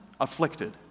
afflicted